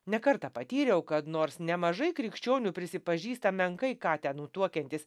ne kartą patyriau kad nors nemažai krikščionių prisipažįsta menkai ką tenutuokiantys